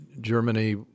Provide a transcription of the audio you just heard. Germany